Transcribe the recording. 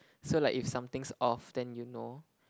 so like if something's off then you know